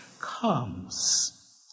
comes